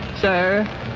Sir